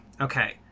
Okay